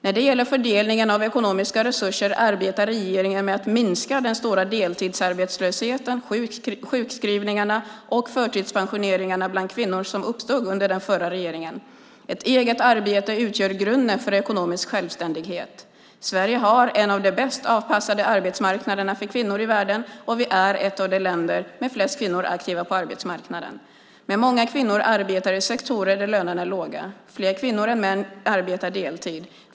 När det gäller fördelningen av ekonomiska resurser arbetar regeringen med att minska den stora deltidsarbetslösheten, sjukskrivningarna och förtidspensioneringarna bland kvinnor, som uppstod under den förra regeringen. Ett eget arbete utgör grunden för ekonomisk självständighet. Sverige har en av de bäst avpassade arbetsmarknaderna för kvinnor i världen, och vi är ett av de länder som har flest kvinnor aktiva på arbetsmarknaden. Men många kvinnor arbetar i sektorer där lönerna är låga. Fler kvinnor än män arbetar deltid.